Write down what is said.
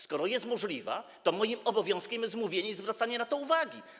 Skoro jest możliwa, to moim obowiązkiem jest mówienie i zwracanie na to uwagi.